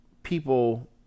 People